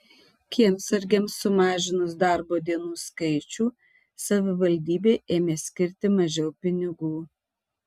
kiemsargiams sumažinusi darbo dienų skaičių savivaldybė ėmė skirti mažiau pinigų